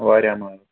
واریاہ مال